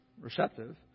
receptive